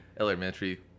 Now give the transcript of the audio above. elementary